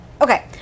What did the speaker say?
Okay